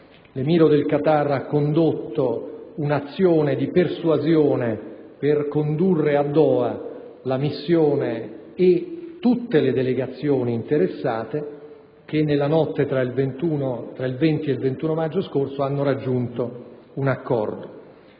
determinante: egli ha condotto un'azione di persuasione per condurre a Doha la missione e tutte le delegazioni interessate che, nella notte tra il 20 e il 21 maggio scorso, hanno raggiunto un accordo.